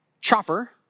Chopper